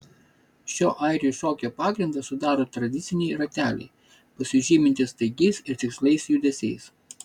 šio airių šokio pagrindą sudaro tradiciniai rateliai pasižymintys staigiais ir tiksliais judesiais